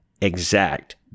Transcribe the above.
exact